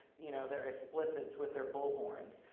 you know, their explicits with their bullhorns.